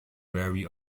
vary